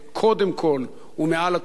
קודם כול ומעל לכול,